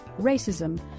racism